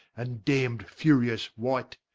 and damned furious wight,